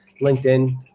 LinkedIn